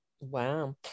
wow